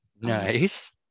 Nice